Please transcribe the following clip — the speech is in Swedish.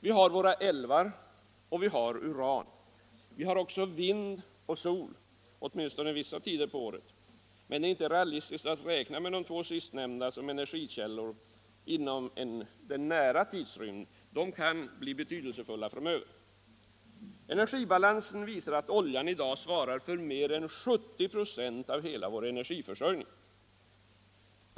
Vi har våra älvar och vi har uran. Vi har också vind och sol — åtminstone vissa tider på året — men det är inte realistiskt att räkna med dessa senare som energikällor inom en nära tidrymd. De kan bli betydelsefulla framöver. Energibalansen visar att oljan i dag svarar för mer än 70 96 av hela vår energiförsörjning.